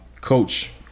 Coach